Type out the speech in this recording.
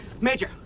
Major